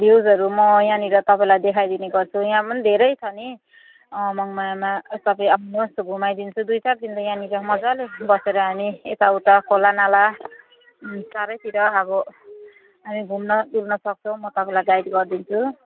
भ्युजहरू म यहाँनिर तपाईँलाई देखाइदिने गर्छु यहाँ पनि धेरै छ नि मङमायामा तपाईँ आउनुहोस् घुमाइदिन्छु दुई चार दिन त यहाँनिर मज्जाले बसेर हामी यता उता खोला नाला चारैतिर अब घुम्न डुल्न सक्छौँ म तपाईँलाई गाइड गरिदिन्छु